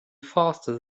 faster